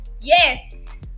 Yes